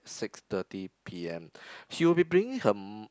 six thirty p_m she will be bringing her m~